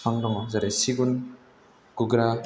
बिफां दङ जेरै सिगुन गुग्रा